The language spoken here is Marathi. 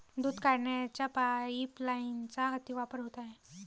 दूध काढण्याच्या पाइपलाइनचा अतिवापर होत आहे